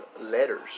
letters